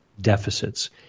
deficits